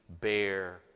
bear